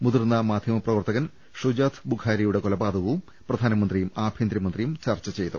മുതിർന്ന മാധ്യ മ പ്ര വർത്ത കൻ ഷു ജാത് ബുഖാരിയുടെ കൊലപാതകവും പ്രധാനമന്ത്രിയും ആഭ്യ ന്തര മന്ത്രിയും ചർച്ച ചെയ്തു